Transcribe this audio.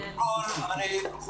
אנחנו באים ומדברים על כך,